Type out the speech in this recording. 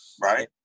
Right